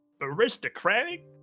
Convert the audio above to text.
aristocratic